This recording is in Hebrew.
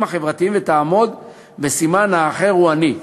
חברתיים ותעמוד בסימן "האחר הוא אני".